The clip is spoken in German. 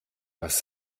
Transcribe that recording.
was